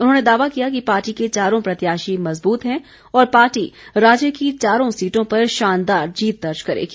उन्होंने दावा किया कि पार्टी के चारों प्रत्याशी मज़बूत हैं और पार्टी राज्य की चारों सीटों पर शानदार जीत दर्ज करेगी